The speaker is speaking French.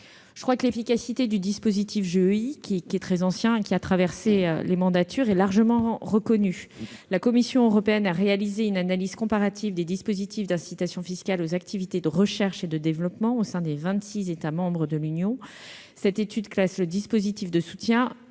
intervenue. L'efficacité du dispositif des JEI, très ancien et qui a traversé les différentes législatures, est largement reconnue. La Commission européenne a réalisé une analyse comparative des dispositifs d'incitation fiscale aux activités de recherche et développement, au sein des vingt-six États membres de l'Union, et cette étude classe notre dispositif de soutien